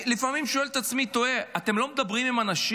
לפעמים אני שואל את עצמי ותוהה: אתם לא מדברים עם אנשים?